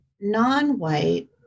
non-white